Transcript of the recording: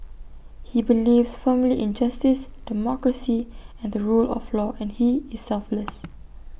he believes firmly in justice democracy and the rule of law and he is selfless